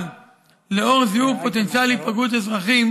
אבל לאור זיהוי פוטנציאל היפגעות אזרחים